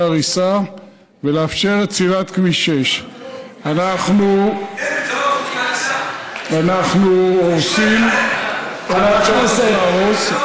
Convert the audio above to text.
ההריסה ולאפשר את סלילת כביש 6. אנחנו הורסים מה שצריך להרוס.